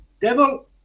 devil